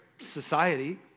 society